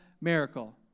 miracle